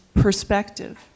perspective